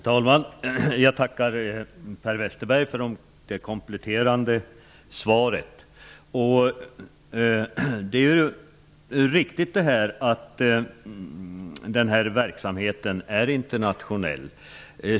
Herr talman! Jag tackar Per Westerberg för det kompletterande svaret. Det är riktigt att den här verksamheten är internationell.